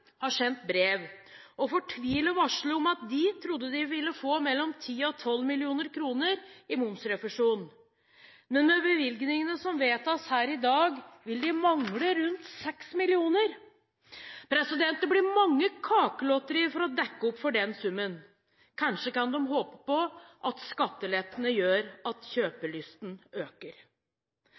har sendt brev og varsler fortvilet om at de trodde at de ville få mellom 10 mill. kr og 12 mill. kr i momsrefusjon. Men med bevilgningene som vedtas her i dag, vil de mangle rundt 6 mill. kr. Det blir mange kakelotterier for å dekke opp for den summen, kanskje kan de håpe på at skattelettene gjør at kjøpelysten øker.